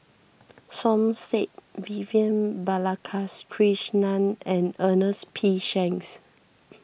Som Said Vivian Balakrishnan and Ernest P Shanks